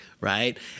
right